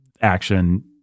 action